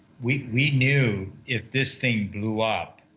we, we knew, if this thing blew up,